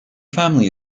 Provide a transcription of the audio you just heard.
family